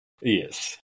Yes